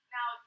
Now